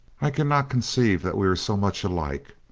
i can not conceive that we are so much alike.